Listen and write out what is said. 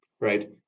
right